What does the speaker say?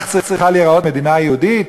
כך צריכה להיראות מדינה יהודית?